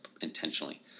intentionally